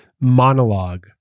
monologue